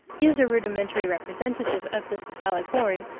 is a rudimentary representative of the cephalic horn,